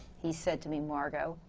he said to me, margo,